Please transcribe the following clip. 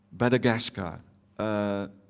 Madagascar